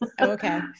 Okay